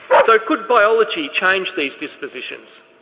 so could biology change these dispositions?